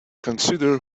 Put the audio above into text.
consider